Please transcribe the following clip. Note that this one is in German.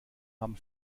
haben